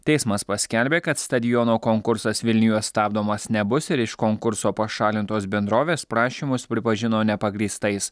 teismas paskelbė kad stadiono konkursas vilniuje stabdomas nebus ir iš konkurso pašalintos bendrovės prašymus pripažino nepagrįstais